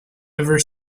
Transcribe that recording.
ever